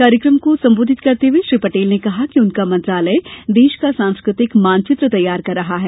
कार्यक्रम को संबोधित करते हुए श्री पटेल ने कहा कि उनका मंत्रालय देश का सांस्कृतिक मानचित्र तैयार कर रहा है